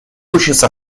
учиться